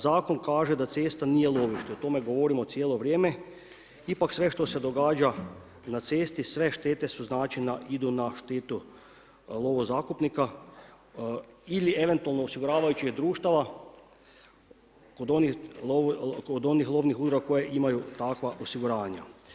Zakon kaže da cesta nije lovište, o tome govorimo cijelo vrijeme, ipak sve što se događa na cesti sve štete idu na štetu lovozakupnika ili eventualno osiguravajućeg društva kod onih lovnih udruga koje imaju takva osiguranja.